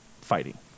fighting